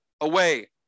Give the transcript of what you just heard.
away